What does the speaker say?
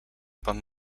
pan